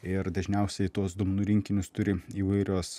ir dažniausiai tuos duomenų rinkinius turi įvairios